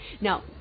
Now